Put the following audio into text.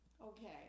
Okay